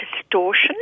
distortion